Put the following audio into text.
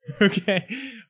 Okay